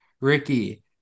Ricky